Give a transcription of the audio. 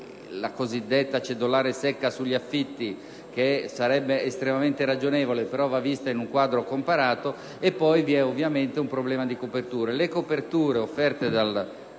la cosiddetta cedolare secca sugli affitti (misura che sarebbe estremamente ragionevole) va vista in un quadro comparato. Poi, ovviamente, vi è un problema di copertura.